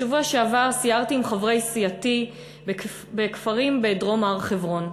בשבוע שעבר סיירתי עם חברי סיעתי בכפרים בדרום הר-חברון.